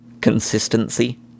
consistency